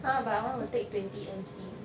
!huh! but I wanna take twenty M_C